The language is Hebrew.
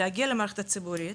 להגיע למערכת הציבורית